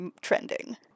trending